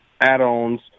add-ons